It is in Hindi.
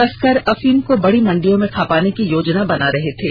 तस्कर अफीम को बड़ी मंडियों में खपाने की योजना बना रहे थे